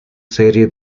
serie